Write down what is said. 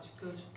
good